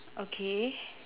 okay